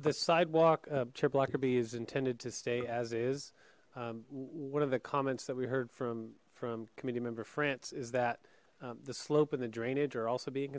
the sidewalk trip lockerbie is intended to stay as is one of the comments that we heard from from committee member france is that the slope and the drainage are also being